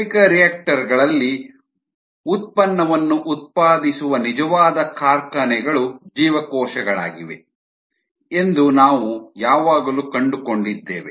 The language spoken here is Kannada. ಜೈವಿಕರಿಯಾಕ್ಟರ್ ಗಳಲ್ಲಿ ಉತ್ಪನ್ನವನ್ನು ಉತ್ಪಾದಿಸುವ ನಿಜವಾದ ಕಾರ್ಖಾನೆಗಳು ಜೀವಕೋಶಗಳಾಗಿವೆ ಎಂದು ನಾವು ಯಾವಾಗಲೂ ಕಂಡುಕೊಂಡಿದ್ದೇವೆ